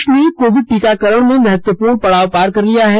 देश ने कोविड टीकाकरण में महत्वपूर्ण पड़ाव पार कर लिया है